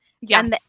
Yes